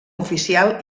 oficial